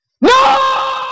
No